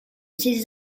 ses